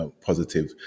positive